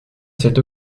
cette